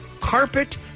carpet